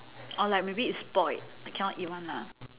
or like maybe it's spoilt cannot eat [one] lah